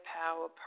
power